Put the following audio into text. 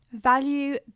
value